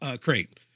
crate